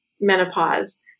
menopause